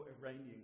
Iranian